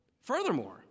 Furthermore